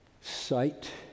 sight